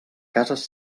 cases